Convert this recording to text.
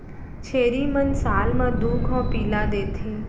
छेरी मन साल म दू घौं पिला देथे